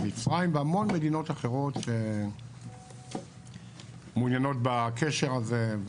עם מצרים והמון מדינות אחרות שמעוניינות בקשר הזה,